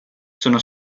sono